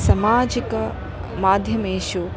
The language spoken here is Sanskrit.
सामाजिकमाध्यमेषु